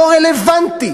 לא רלוונטי.